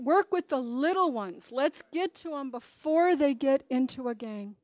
work with the little ones let's get to him before they get into our game